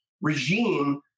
regime